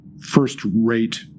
first-rate